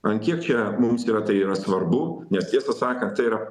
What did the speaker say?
ant kiek čia mums yra tai yra svarbu nes tiesą sakan tai yra